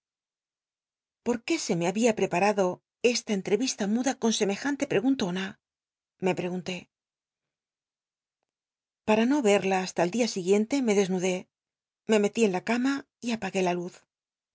por qué se me había preparado esta cntrc isla muda con semejante preguntona lhe lll'cgunté para no verla hasta el dia siguiente me desnudé me metí en la cama y apagué la luz